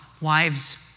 wives